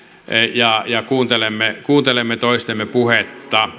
ja kuuntelemme kuuntelemme toistemme puhetta